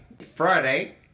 Friday